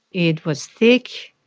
it was thick.